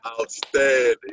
Outstanding